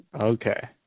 okay